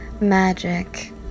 magic